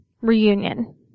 reunion